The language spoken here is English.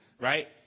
right